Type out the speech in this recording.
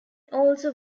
also